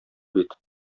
бит